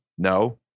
No